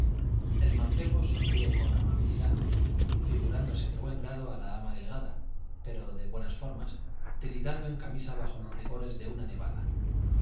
el mancebo sonríe con amabilidad figurándose de buen grado a la dama delgada pero de buenas formas tiritando en camisa bajo los rigores de una nevada